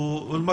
הוא לא שומע.